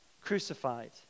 crucified